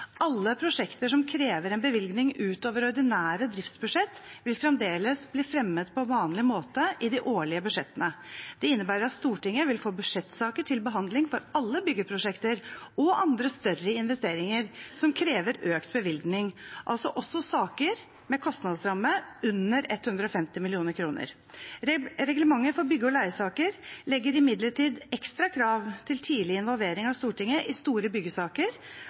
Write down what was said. Alle prosjekter som krever en bevilgning utover ordinære driftsbudsjett, vil fremdeles bli fremmet på vanlig måte i de årlige budsjettene. Det innebærer at Stortinget vil få budsjettsaker til behandling for alle byggeprosjekter og andre større investeringer som krever økt bevilgning, altså også saker med kostnadsramme under 150 mill. kr. Reglementet for bygge- og leiesaker legger imidlertid ekstra krav til tidlig involvering av Stortinget i store byggesaker,